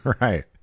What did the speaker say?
right